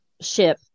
ship